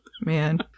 Man